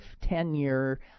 tenure